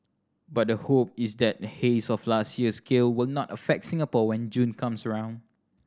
but the hope is that haze of last year's scale will not affect Singapore when June comes around